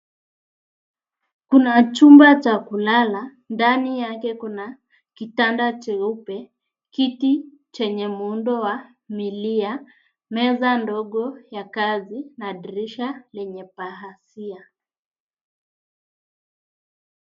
Kuna chumba cha kulala ndani yake kuna kitanda cheupe, kiti chenye muundo wa milia, meza ndogo ya kazi na dirisha lenye pazia.